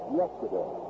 yesterday